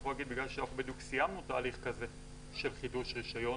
אני יכול להגיד בגלל שאנחנו בדיוק סיימנו תהליך כזה של חידוש רישיון